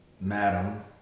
Madam